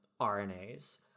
RNAs